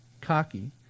cocky